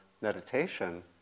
meditation